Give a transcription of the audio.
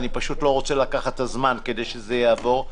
אני פשוט לא רוצה לקחת את הזמן כדי שזה יעבור,